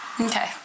Okay